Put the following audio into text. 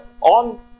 on